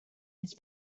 his